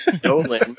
Dolan